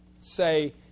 say